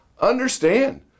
Understand